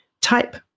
type